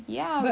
ya